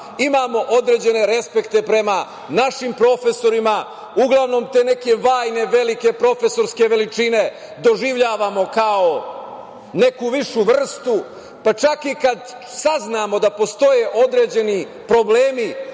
imamo određene respekte prema našim profesorima, uglavnom te neke vajne, velike profesorske veličine doživljavamo kao neku višu vrstu. Pa čak i kad saznamo da postoje određeni problemi